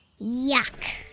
Yuck